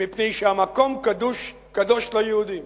מפני שהמקום קדוש ליהודים.